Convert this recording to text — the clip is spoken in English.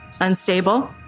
unstable